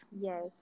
Yes